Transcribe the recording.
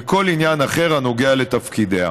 בכל עניין אחר הנוגע לתפקידיה.